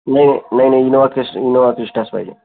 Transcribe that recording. नाही नाही नाही नाही इनोव्हा क्रेस्टा इनोव्हा क्रेस्टाच पाहिजे